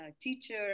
teacher